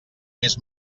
més